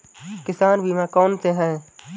किसान बीमा कौनसे हैं?